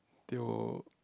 they will